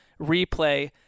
replay